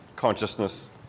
consciousness